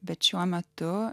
bet šiuo metu